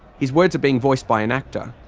his words are being voiced by an actor.